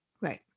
Right